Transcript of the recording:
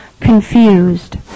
confused